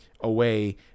away